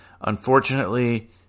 Unfortunately